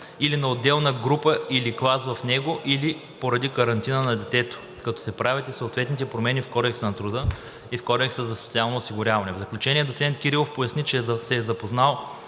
или на отделна група или клас в него, или поради карантина на детето“, като се правят и съответните промени в Кодекса на труда и в Кодекса за социалното осигуряване. В заключение доцент Кирилов поясни, че се е запознал